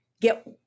get